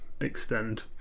extend